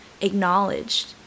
acknowledged